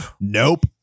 Nope